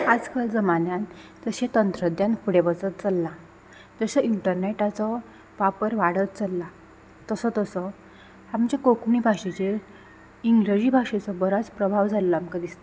आज काल जमान्यांत तशें तंत्रज्ञान फुडें वचत चललां तशें इंटरनेटाचो वापर वाडत चलला तसो तसो तो आमच्या कोंकणी भाशेचेर इंग्रजी भाशेचो बरोच प्रभाव जाल्लो आमकां दिसता